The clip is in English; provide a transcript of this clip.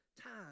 time